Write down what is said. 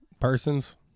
persons